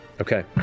Okay